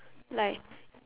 like